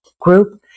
group